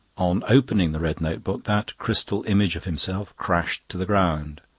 on opening the red notebook that crystal image of himself crashed to the ground,